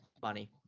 funny